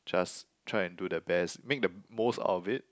just try and do the best make the most out of it